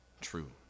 true